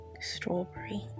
strawberry